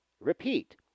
Repeat